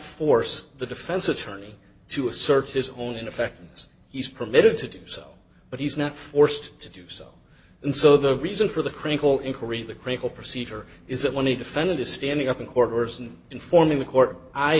force the defense attorney to assert his own ineffectiveness he's permitted to do so but he's not forced to do so and so the reason for the critical inquiry the criminal procedure is that when a defendant is standing up in court orders and informing the court i